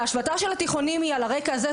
ההשבתה של התיכונים היא על הרקע הזה.